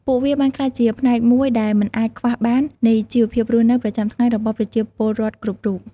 ពួកវាបានក្លាយជាផ្នែកមួយដែលមិនអាចខ្វះបាននៃជីវភាពរស់នៅប្រចាំថ្ងៃរបស់ប្រជាពលរដ្ឋគ្រប់រូប។